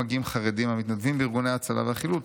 מגיעים חרדים המתנדבים ארגוני ההצלה והחילוץ,